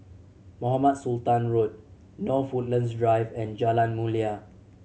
Mohamed Sultan Road North Woodlands Drive and Jalan Mulia